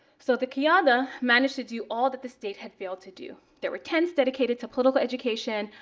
so the qiyada managed to do all that the state had failed to do. there were tents dedicated to political education.